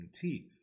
teeth